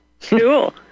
Cool